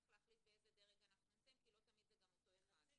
צריך להחליט באיזה דרג אנחנו נמצאים כי לא תמיד זה אותו אחד.